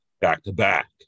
back-to-back